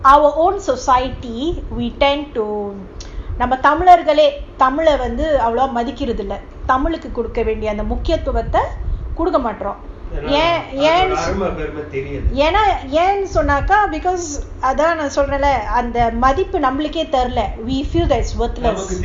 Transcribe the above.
our own society we tend to நம்மதமிழர்களேதமிழவந்துஅவ்ளோமதிக்கிறதில்லதமிழுக்குகொடுக்கவேண்டியஅந்தமுக்கியத்துவத்தகொடுக்குமாற்றோம்ஏன்னுசொன்னாக்காஅந்தமதிப்புநம்மளுக்கேதெரியல:namma tamilargale tamila vandhu avlo mathikirathilla tamiluku koduka vendia andha mukiyathuvatha kodukamatrom yenu sonnaka andha mathipu nammaluke theriala we feel that it's worthless